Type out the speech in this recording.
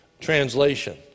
translation